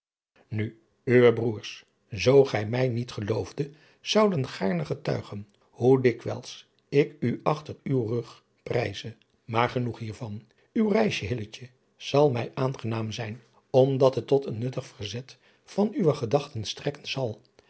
nu uwe broêrs zoo gij mij hiet geloofde zouden gaarne getuigen hoe dikwijls ik u achter uw rug prijze maar genoeg hiervan uw reisje hilletje zal mij aangenaam zijn omdat het tot een nuttig verzet van uwe gedachten strekken zal